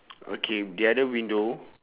okay the other window